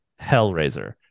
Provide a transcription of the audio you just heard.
Hellraiser